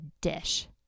dish